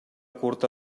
curta